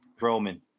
Roman